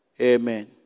amen